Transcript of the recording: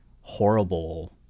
horrible